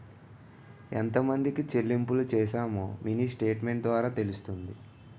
ఎంతమందికి చెల్లింపులు చేశామో మినీ స్టేట్మెంట్ ద్వారా తెలుస్తుంది